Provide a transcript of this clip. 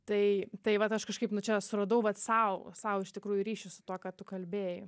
tai tai vat aš kažkaip nu čia suradau vat sau sau iš tikrųjų ryšį su tuo ką tu kalbėjai